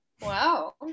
Wow